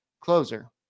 closer